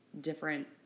different